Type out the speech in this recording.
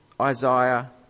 Isaiah